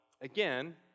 again